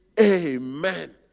amen